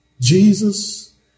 Jesus